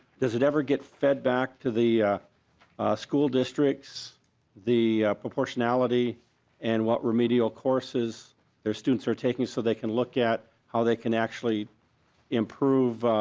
does it ever get fed back to the school districts the proportionality and what remedial courses students are taking so they can look at how they can actually improve